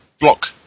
block